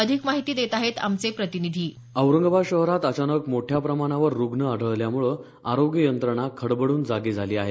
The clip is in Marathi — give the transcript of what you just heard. अधिक माहिती देत आहेत आमचे प्रतिनिधी औरंगाबाद शहरात अचानक मोठ्या प्रमाणावर रूग्ण आढळल्यामुळे आरोग्य यंत्रणा खडबड्रन जागी झाली आहे